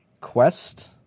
Quest